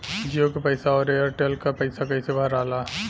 जीओ का पैसा और एयर तेलका पैसा कैसे भराला?